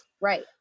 Right